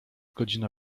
godzina